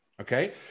Okay